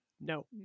No